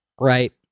right